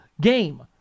game